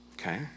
okay